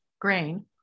grain